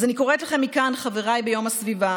אז אני קוראת לכם מכאן ביום הסביבה,